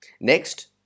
Next